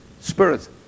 Spirit